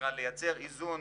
לייצר איזון